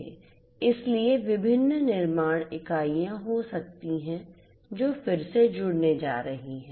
इसलिए विभिन्न निर्माण इकाइयाँ हो सकती हैं जो फिर से जुड़ने जा रही हैं